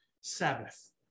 Sabbath